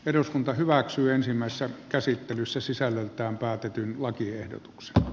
eduskunta hyväksyy ensimmäisessä käsittelyssä sisällöltään päätetyn lakiehdotuksesta